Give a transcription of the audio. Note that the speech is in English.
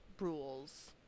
Rules